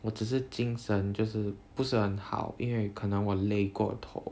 我只是精神就是不是很好因为可能我累过头